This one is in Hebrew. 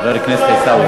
חבר הכנסת עיסאווי.